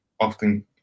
often